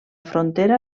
frontera